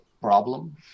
problem